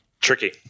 tricky